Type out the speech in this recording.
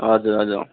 हजुर हजुर